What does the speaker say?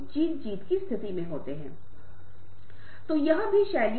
और परियोजना प्रबंधन कौशल एक ऐसी चीज है जो हमारे काम के दायरे से बाहर है